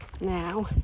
now